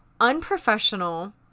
unprofessional